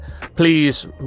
please